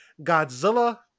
Godzilla